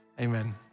Amen